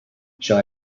shall